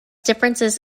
differences